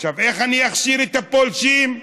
איך אני אכשיר את הפולשים?